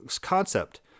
concept